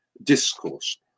discourse